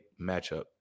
matchup